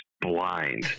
blind